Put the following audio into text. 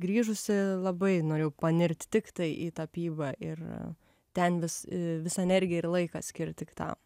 grįžusi labai norėjau panirti tiktai į tapybą ir ten vis visą energiją ir laiką skirt tik tam